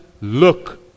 look